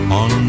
on